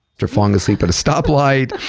you're falling asleep at a stoplight,